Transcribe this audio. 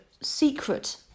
secret